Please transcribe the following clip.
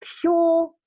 pure